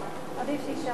עדיף שיישאר במליאה.